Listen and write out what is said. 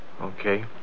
Okay